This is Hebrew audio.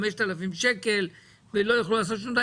5,000 שקלים ולא יוכלו לעשות שום דבר,